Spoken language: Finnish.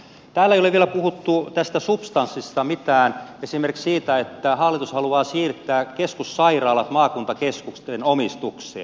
täällä ei ole vielä puhuttu tästä substanssista mitään esimerkiksi siitä että hallitus haluaa siirtää keskussairaalat maakuntakeskusten omistukseen